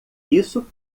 isso